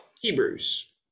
Hebrews